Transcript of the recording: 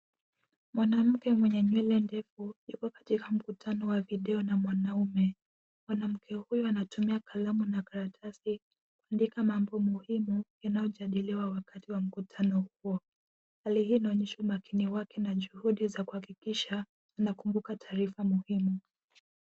Mwanamke mwenye nywele ndefu yuko katika mkutano wa video na mwanaume. Mwanamke huyo ana tumia kalamu na karatasi kuandika mambo muhimu yanayo jadiliwa wakati wa mkutano huo, hali hii una onyesha makini wake na juhudi za kuhakikisha na kukumbuka taarifa muhimu.